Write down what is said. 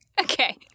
Okay